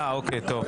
אוקיי, טוב.